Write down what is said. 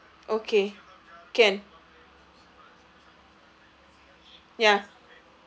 okay can ya